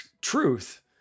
truth